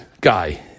guy